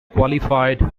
qualified